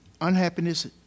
unhappiness